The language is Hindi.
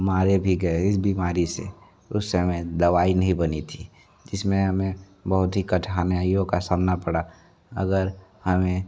मारे भी गए इस बीमारी से उस समय दवाई नहीं बनी थी जिसमें हमें बहुत ही कठानाईयों का सामना पड़ा अगर हमें